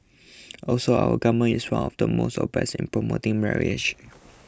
also our government is one of the most obsessed in promoting marriage